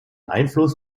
einfluss